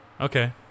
Okay